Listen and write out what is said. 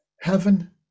heaven